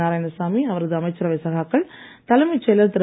நாராயணசாமி அவரது அமைச்சரவை சகாக்கள் தலைமைச் செயலர் திரு